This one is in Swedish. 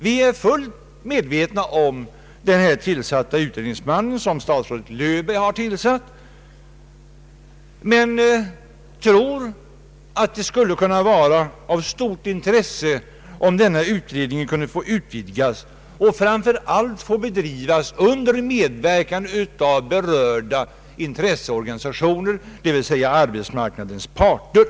Vi känner väl till att en särskild utredningsman har tillsatts av statsrådet Löfberg men tror att det skulle vara av stort värde om denna enmansutredning kunde utvidgas och anser det angeläget att den kan bedrivas under medverkan av berörda intresseorganisationer, d.v.s. arbetsmarknadens parter.